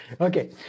Okay